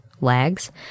lags